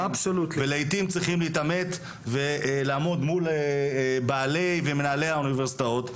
ולעתים צריכים להתעמת ולעמוד מול בעלי ומנהלי האוניברסיטאות,